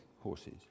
horses